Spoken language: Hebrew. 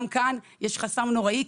גם כאן יש חסם נוראי,